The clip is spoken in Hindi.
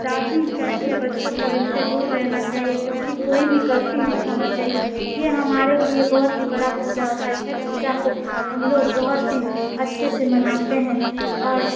दादी कहती हैं बच्चों को इनसे दूर रहना चाहिए क्योंकि कोई भी गलती नहीं होनी चाहिए यह हमारे लिए बहुत ही बड़ी पूजा होती है छठ पूजा को हमलोग बहुत ही अच्छे से मनाते हैं और